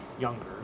younger